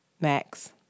Max